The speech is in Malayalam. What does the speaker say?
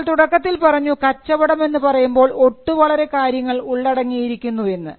നമ്മൾ തുടക്കത്തിൽ പറഞ്ഞു കച്ചവടം എന്ന് പറയുമ്പോൾ ഒട്ടുവളരെ കാര്യങ്ങൾ അതിലുള്ളടങ്ങിയിരിക്കുന്നു എന്ന്